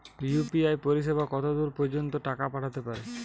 UPI পরিসেবা কতদূর পর্জন্ত টাকা পাঠাতে পারি?